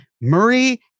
Murray